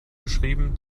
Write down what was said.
geschrieben